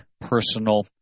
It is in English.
personal